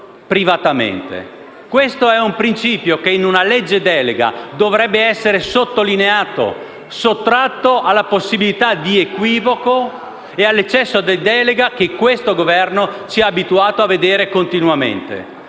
Questo è un principio che in una legge delega dovrebbe essere sottolineato, sottratto alla possibilità di equivoco ed all'eccesso di delega, che questo Governo ci ha abituati a vedere continuamente.